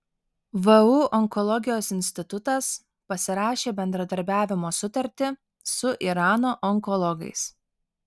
vu onkologijos institutas pasirašė bendradarbiavimo sutartį su irano onkologais